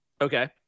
Okay